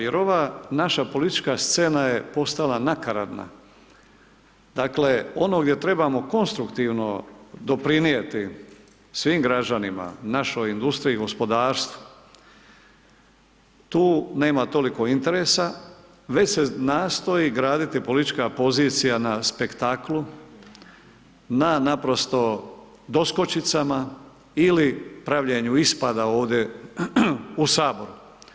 Jer ova naša politčka scena je postala nakaradna, dakle ono gdje trebamo konstruktivno doprinijeti svim građanima, našoj industriji, gospodarstvu tu nema toliko interesa već se nastoji graditi politička pozicija na spektaklu, na naprosto doskočicama ili pravljenju ispada ovdje u saboru.